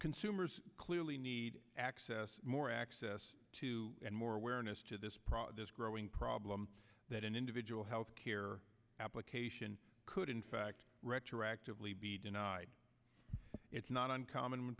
consumers clearly need access more access to and more awareness to this process growing problem that an individual health care application could in fact retroactively be denied it's not uncommon when